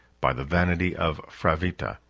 by the vanity of fravitta,